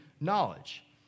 knowledge